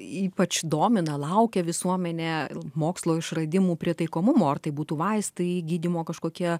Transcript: ypač domina laukia visuomenė mokslo išradimų pritaikomumo ar tai būtų vaistai gydymo kažkokie